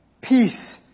peace